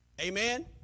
amen